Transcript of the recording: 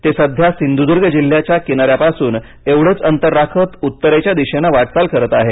ते सध्या सिंधुदुर्ग जिल्ह्याच्या किनाऱ्यापासून एवढंच अंतर राखत उत्तरेच्या दिशेनं वाटचाल करत आहे